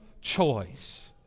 choice